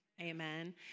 Amen